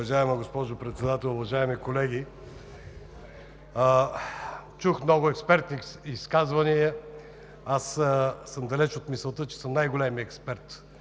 Уважаема госпожо Председател, уважаеми колеги! Чух много експертни изказвания. Далеч съм от мисълта, че съм най-големият експерт